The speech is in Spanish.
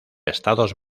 estados